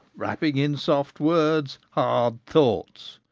wrapping in soft words hard thoughts.